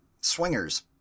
swingers